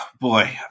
Boy